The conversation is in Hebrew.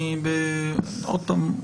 עוד פעם,